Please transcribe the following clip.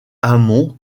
amont